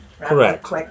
Correct